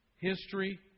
history